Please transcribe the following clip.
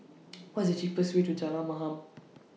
What IS The cheapest Way to Jalan Mamam